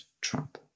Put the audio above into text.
Trump